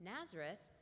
Nazareth